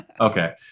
Okay